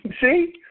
See